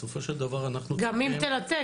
בסופו של דבר אנחנו צריכים --- גם אם תנתק,